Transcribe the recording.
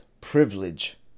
privilege